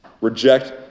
Reject